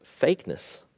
fakeness